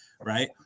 right